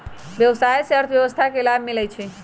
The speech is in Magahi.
व्यवसाय से अर्थव्यवस्था के लाभ मिलइ छइ